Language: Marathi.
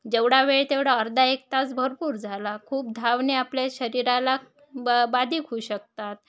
जेवढा वेळ तेवढा अर्धा एक तास भरपूर झाला खूप धावणे आपल्या शरीराला बा बाधक होऊ शकतात